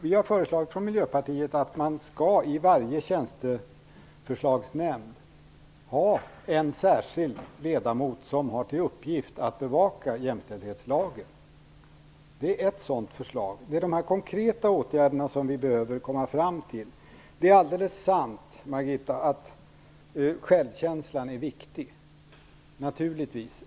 Vi har föreslagit från Miljöpartiet att man i varje tjänsteförslagsnämnd skall ha en särskild ledamot som har till uppgift att bevaka jämställdhetslagen. Det är ett sådant förslag i de konkreta åtgärder som vi behöver vidta. Det är alldeles sant, Margitta Edgren, att självkänslan är viktig, naturligtvis.